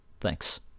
Thanks